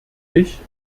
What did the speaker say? ich